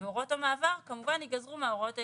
הוראות המעבר כמובן ייגזרו מההוראות העיקריות.